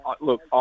look